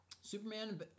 Superman